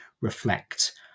reflect